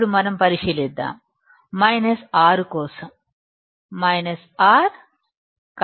ఇప్పుడు మనం పరిశీలిద్దాం 6 కోసం 6 కరెంట్ 0